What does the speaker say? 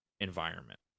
environment